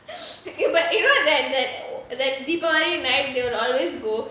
but you know that that that deepavali night they will always go